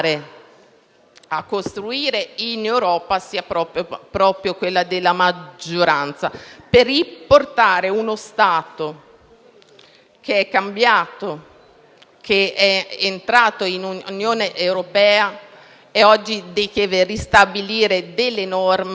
a costruire in Europa sia proprio quella della maggioranza, per riportare uno Stato, che è cambiato ed è entrato in Unione europea, a ristabilire oggi delle norme